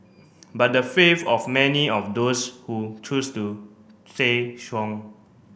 but the faith of many of those who choose to say strong